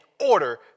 order